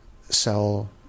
sell